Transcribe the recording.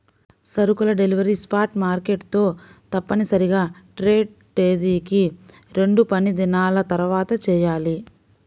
సరుకుల delivery spot market తో తప్పనిసరిగా ట్రేడ్ తేదీకి రెండుపనిదినాల తర్వాతచెయ్యాలి